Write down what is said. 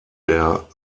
der